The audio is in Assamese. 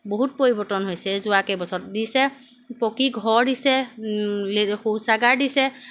বহুত পৰিৱৰ্তন হৈছে যোৱা কেই বছৰত দিছে পকী ঘৰ দিছে শৌচাগাৰ দিছে